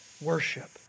worship